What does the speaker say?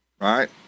right